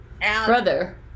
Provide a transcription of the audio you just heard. brother